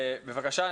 בבקשה.